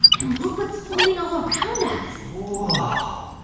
and look what's floating all around us whoa.